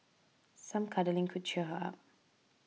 some cuddling could cheer her up